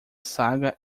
saga